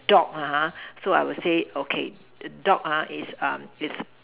dog ah so I'll say okay dog ah is um is